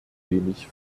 wenig